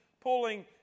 pulling